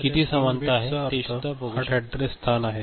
तर या 3 बिटचा अर्थ 8 अॅड्रेस स्थान आहे